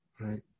right